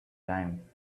time